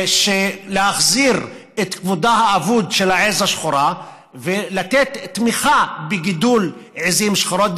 להחזיר את כבודה האבוד של העז השחורה ולתת תמיכה בגידול עיזים שחורות.